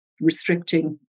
restricting